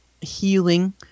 healing